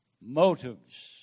motives